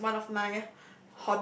that is one of my